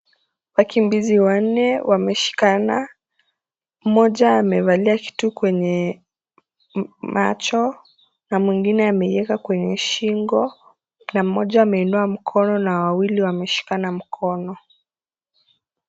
Wakimbizi wanne wameshikana mmoja amevalia kitu kwenye macho na mwingine ameiweka kwenye shingo na mmoja ameinua mkona na wawili wameshikana mkono.